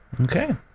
Okay